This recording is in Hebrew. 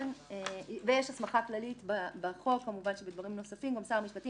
יש הסמכה כללית בחוק שבדברים נוספים גם שר המשפטים